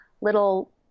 little